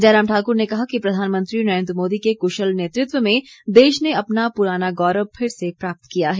जयराम ठाकुर ने कहा कि प्रधानमंत्री नरेंद्र मोदी के क्शल नेतृत्व में देश ने अपना प्राना गौरव फिर से प्राप्त किया है